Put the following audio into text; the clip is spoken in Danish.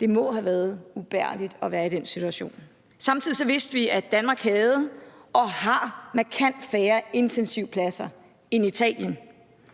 Det må have været ubærligt at være i den situation. Vi vidste samtidig, at Danmark havde og har markant færre intensivpladser end Italien.